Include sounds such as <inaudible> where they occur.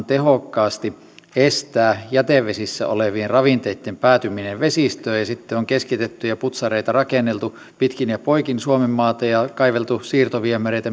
<unintelligible> tehokkaasti estää jätevesissä olevien ravinteitten päätyminen vesistöön ja sitten on keskitetty ja putsareita rakenneltu pitkin ja poikin suomenmaata ja kaiveltu siirtoviemäreitä <unintelligible>